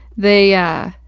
they, ah,